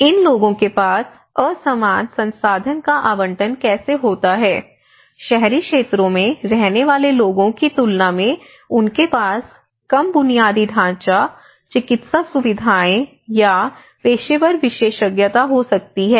इन लोगों के पास असमान संसाधन का आवंटन कैसे होता है शहरी क्षेत्रों में रहने वाले लोगों की तुलना में उनके पास कम बुनियादी ढांचा चिकित्सा सुविधाएं या पेशेवर विशेषज्ञता हो सकती है